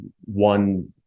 one